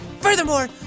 Furthermore